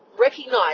recognize